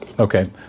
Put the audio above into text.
Okay